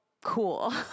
cool